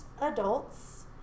adults